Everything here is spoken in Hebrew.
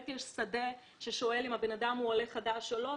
יש שדה ששואל אם הבן אדם הוא עולה חדש או לא,